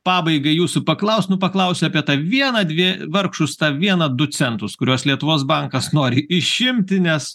pabaigai jūsų paklaust nu paklausiu apie tą vieną dvie vargšus tą vieną du centus kuriuos lietuvos bankas nori išimti nes